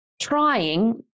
Trying